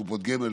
קופות גמל,